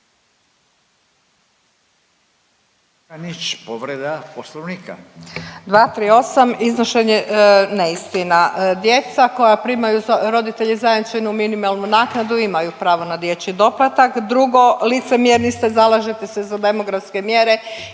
238, iznošenje neistina. Djeca koja primaju roditelji zajamčenu minimalnu naknadu imaju pravo na dječji doplatak. Drugo, licemjerni ste, zalažete se za demografske mjere,